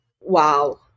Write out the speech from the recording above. wow